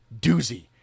doozy